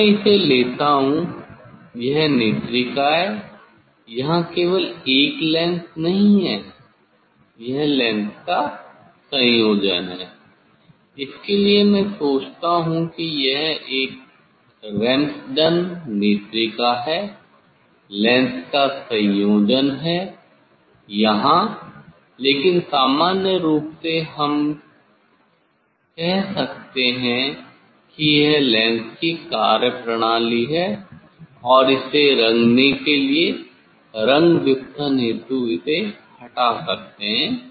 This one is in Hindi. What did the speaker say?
यदि मैं इसे लेता हूँ यह नेत्रिका है यहां केवल एक लेंस नहीं है यह लेंस का संयोजन है इसके लिए मैं सोचता हूं कि यह एक रैम्ज़डेन नेत्रिका है लेंस का संयोजन है यहाँ लेकिन सामान्य रूप में हम कह सकते हैं कि यह लेंस की कार्यप्रणाली है और इसे रंगने के लिए रंग विपथन हेतु इसे हटा सकते हैं